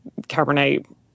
Cabernet